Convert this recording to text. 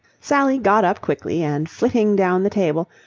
sally got up quickly, and flitting down the table,